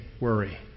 worry